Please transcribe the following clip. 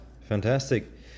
fantastic